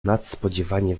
nadspodziewanie